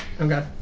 Okay